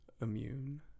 Immune